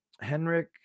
Henrik